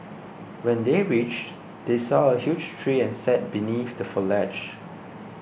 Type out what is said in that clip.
when they reached they saw a huge tree and sat beneath the foliage